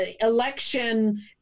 election